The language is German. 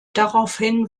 daraufhin